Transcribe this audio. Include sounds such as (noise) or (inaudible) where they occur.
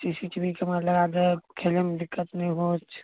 (unintelligible) कमरमे लागाके खेलैमे दिक्कत नहि होइत छै